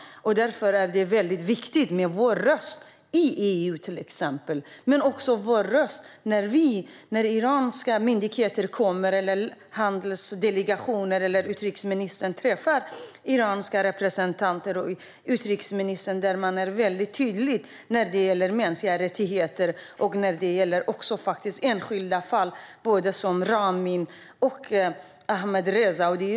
Därför är vår röst väldigt viktig i till exempel EU. Vår röst är viktig också när iranska myndigheter eller handelsdelegationer kommer eller när utrikesministern träffar iranska representanter. Det är viktigt att vara tydlig när det gäller mänskliga rättigheter och även när det gäller enskilda fall som Ramin och Ahmadreza.